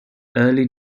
early